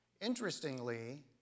Interestingly